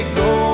go